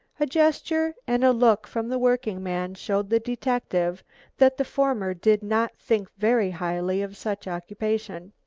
a gesture and a look from the workingman showed the detective that the former did not think very highly of such occupation.